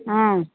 ஆ